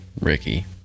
Ricky